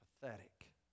pathetic